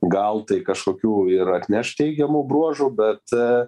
gal tai kažkokių ir atneš teigiamų bruožų bet